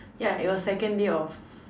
yeah it was second day of